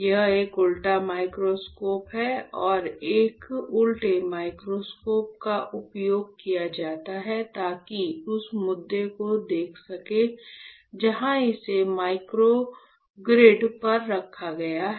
यहां एक उल्टा माइक्रोस्कोप है और एक उल्टे माइक्रोस्कोप का उपयोग किया जाता है ताकि उस मुद्दे को देख सकें जहां इसे माइक्रोग्रिड पर रखा गया है